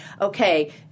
okay